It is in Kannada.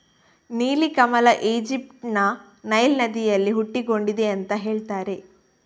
ನೀಲಿ ಕಮಲ ಈಜಿಪ್ಟ್ ನ ನೈಲ್ ನದಿಯಲ್ಲಿ ಹುಟ್ಟಿಕೊಂಡಿದೆ ಅಂತ ಹೇಳ್ತಾರೆ